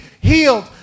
healed